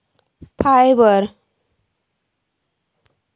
fibre